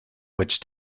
which